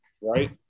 Right